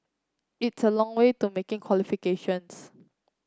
it's a long way to making qualifications